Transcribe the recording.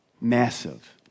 Massive